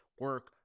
Work